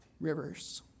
rivers